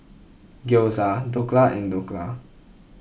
Gyoza Dhokla and Dhokla